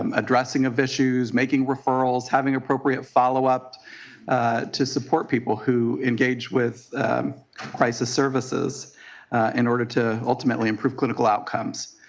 um addressing of issues, making referrals, having appropriate follow up to support people who engage with crisis services in order to ultimately improve clinical outcomes.